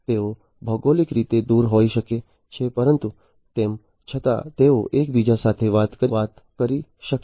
તેઓ ભૌગોલિક રીતે દૂર હોઈ શકે છે પરંતુ તેમ છતાં તેઓ એકબીજા સાથે વાત કરી શકશે